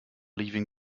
leaving